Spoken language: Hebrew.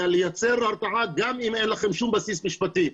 לייצר הרתעה גם אם אין לכם שום בסיס משפטי.